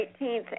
18th